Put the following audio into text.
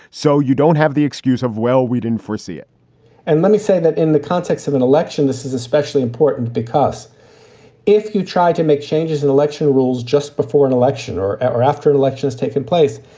so you don't have the excuse of. well, we didn't foresee it and let me say that in the context of an election, this is especially important, because if you tried to make changes in election rules just before an election or or after elections taking place,